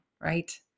Right